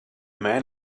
man